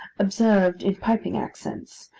observed in piping accents,